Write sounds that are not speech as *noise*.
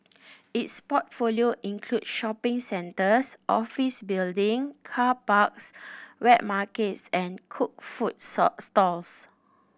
its portfolio includes shopping centres office building car parks wet markets and cooked food *unintelligible* stalls